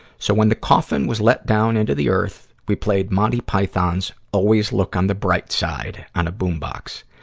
so when the coffin was let down into the earth, we played monty python's always look on the bright side on a boom box.